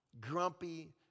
grumpy